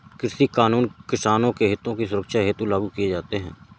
कृषि कानून किसानों के हितों की सुरक्षा हेतु लागू किए जाते हैं